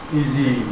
easy